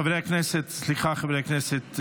חברי הכנסת,